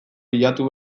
bilatu